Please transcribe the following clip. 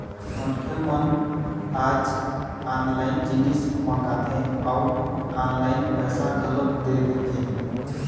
मनखे मन आज ऑनलाइन जिनिस मंगाथे अउ ऑनलाइन पइसा घलोक दे देथे